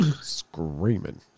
screaming